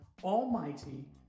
Almighty